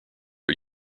are